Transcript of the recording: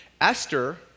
Esther